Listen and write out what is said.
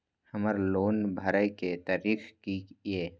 हमर लोन भरए के तारीख की ये?